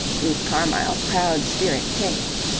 bruce carmyle's proud spirit chafed.